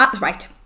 Right